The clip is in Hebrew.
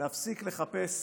להפסיק לחפש